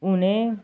उन्हें